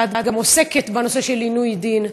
ואת גם עוסקת בנושא של עינוי דין,